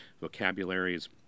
vocabularies